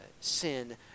Sin